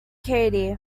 katie